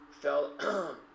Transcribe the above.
fell